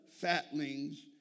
fatlings